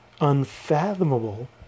unfathomable